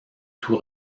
tout